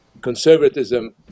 conservatism